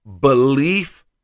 belief